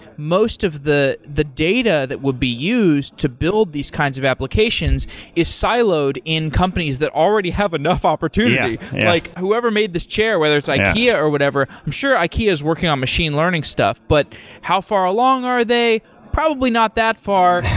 most of the the data that would be used to build these kinds of applications is siloed in companies that already have enough opportunity, like whoever made this chair, whether it's ikea or whatever. i'm sure ikea is working on machine learning stuff, but how far along are they? probably not that far.